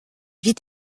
vit